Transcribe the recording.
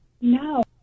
No